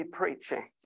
preaching